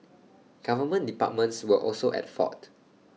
government departments were also at fault